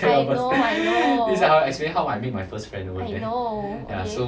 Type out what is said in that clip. I know I know I know okay